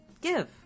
give